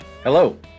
Hello